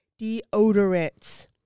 deodorants